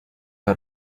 her